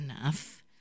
enough